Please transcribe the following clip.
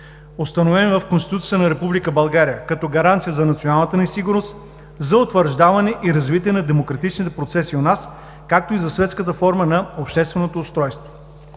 установен в Конституцията на Република България като гаранция за националната ни сигурност, за утвърждаване и развитие на демократичните процеси у нас, както и за светската форма на общественото устройство.